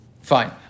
Fine